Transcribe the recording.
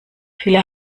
viele